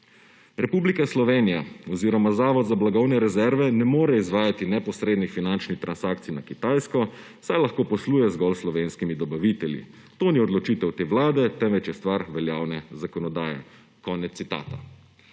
»Republika Slovenija oziroma Zavod za blagovne rezerve ne more izvajati neposrednih finančnih transakcij na Kitajsko, saj lahko posluje zgolj s slovenskimi dobavitelji. To ni odločitev te vlade, temveč je stvar veljavne zakonodaje«. Laž, debela